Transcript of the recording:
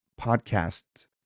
podcast